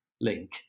link